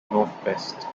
northwest